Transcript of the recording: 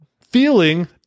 feeling